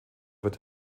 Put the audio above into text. wird